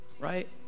Right